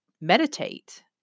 meditate